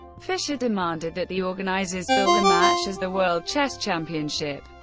fischer demanded that the organizers bill the match as the world chess championship,